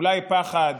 אולי פחד